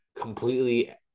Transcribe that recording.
completely